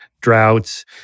droughts